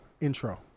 intro